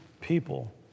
people